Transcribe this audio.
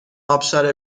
ابشار